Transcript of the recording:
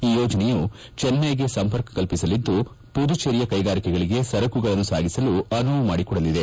ಈ ಯೋಜನೆಯು ಚೆನ್ನೈಗೆ ಸಂಪರ್ಕ ಕಲ್ಪಿಸಲಿದ್ದು ಮದುಚೇರಿಯ ಕೈಗಾರಿಕೆಗಳಿಗೆ ಸರಕುಗಳನ್ನು ಸಾಗಿಸಲು ಅನುವು ಮಾಡಿಕೊಡಲಿದೆ